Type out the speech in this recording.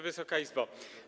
Wysoka Izbo!